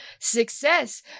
success